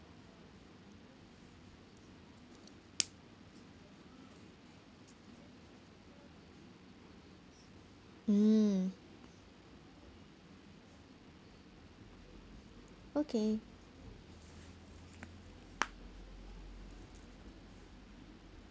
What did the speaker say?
mm okay